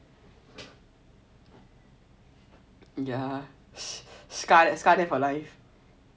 ya scar scar them for life